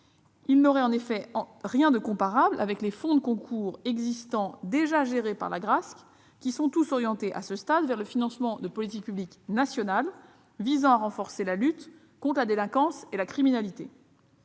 n'aurait en effet rien de comparable avec les fonds de concours déjà gérés par l'Agrasc, qui sont tous orientés vers le financement de politiques publiques nationales visant à renforcer la lutte contre la délinquance et la criminalité.